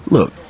Look